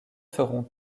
feront